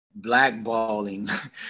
blackballing